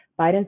Biden